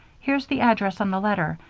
here's the address on the letter,